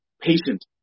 patient